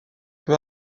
peu